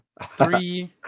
three